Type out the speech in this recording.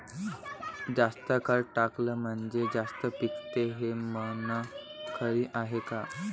जास्त खत टाकलं म्हनजे जास्त पिकते हे म्हन खरी हाये का?